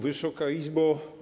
Wysoka Izbo!